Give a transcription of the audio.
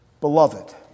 beloved